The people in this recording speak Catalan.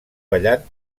ballant